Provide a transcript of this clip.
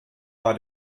war